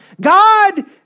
God